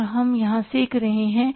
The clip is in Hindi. और हम यहां सीख रहे हैं